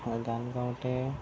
গান গাওঁতে